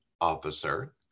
officer